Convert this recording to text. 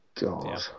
god